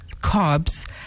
carbs